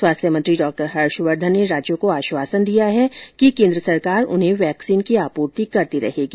स्वास्थ्य मंत्री डॉ हर्षवर्धन ने राज्यों को आश्वासन दिया है कि केंद्र सरकार उन्हें वैक्सीन की आपूर्ति करती रहेगी